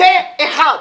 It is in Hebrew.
פה אחד.